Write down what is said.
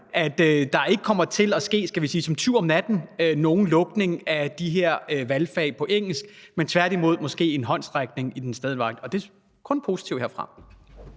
at der ikke kommer til at ske, skal vi sige som en tyv om natten, nogen lukning af de her valgfag på engelsk, men tværtimod måske en håndsrækning den anden vej. Så det er kun positivt.